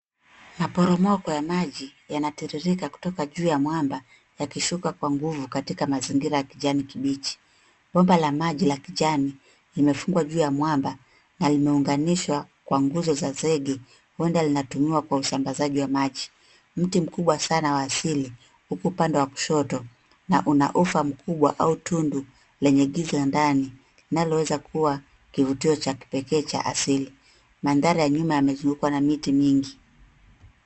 Maporomoko ya maji yanatiririka kutoka juu ya mwamba yakishuka kwa nguvu katika mazingira ya kijani kipichi, pomba la maji ya kijani iliyoshuka juu ya mwamba na limeunganishwa Kwa ngozo za zenye uenda unatumiwa kwa usambasaji wa maji mti mkubwa sana wa asili uku upande wa kushoto na una ufa mkubwa au tundu lenye kisa ndani linaloweza kuwa kifutio cha kipekee ya asili na ndani ya nyuma yamesumguka na miti mingi.